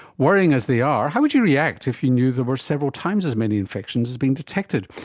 worrying as they are, how would you react if you knew there were several times as many infections as being detected,